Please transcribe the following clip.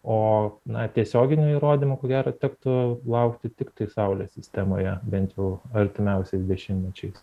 o na tiesioginių įrodymų ko gero tektų laukti tiktai saulės sistemoje bent jau artimiausiais dešimtmečiais